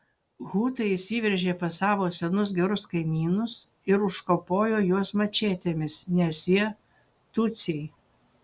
hutai įsiveržė pas savo senus gerus kaimynus ir užkapojo juos mačetėmis nes jie tutsiai